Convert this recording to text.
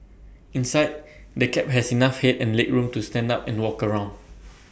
inside the cab has enough Head and legroom to stand up and walk around